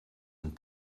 een